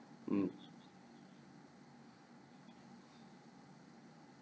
mm